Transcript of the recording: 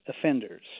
offenders